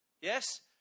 Yes